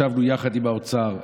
ישבנו יחד עם האוצר,